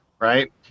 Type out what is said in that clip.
right